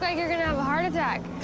ah you're gonna have a heart attack.